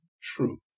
truth